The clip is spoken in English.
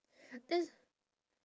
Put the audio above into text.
that